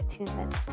attunement